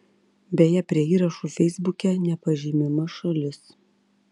beje prie įrašų feisbuke nepažymima šalis